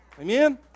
Amen